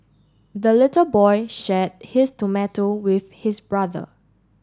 the little boy share his tomato with his brother